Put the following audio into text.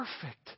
perfect